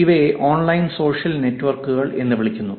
ഇവയെ online social നെറ്റ്വർക്കുകൾ എന്ന് വിളിക്കുന്നു